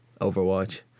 Overwatch